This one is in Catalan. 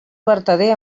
vertader